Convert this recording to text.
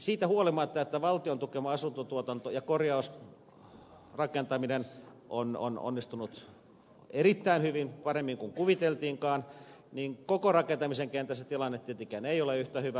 siitä huolimatta että valtion tukema asuntotuotanto ja korjausrakentaminen on onnistunut erittäin hyvin paremmin kuin kuviteltiinkaan koko rakentamisen kentässä tilanne tietenkään ei ole yhtä hyvä